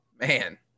Man